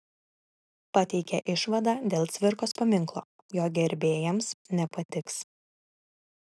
pateikė išvadą dėl cvirkos paminklo jo gerbėjams nepatiks